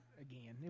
again